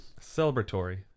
Celebratory